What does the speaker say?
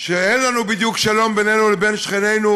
שאין לנו בדיוק שלום בינינו לבין שכנינו,